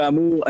כאמור,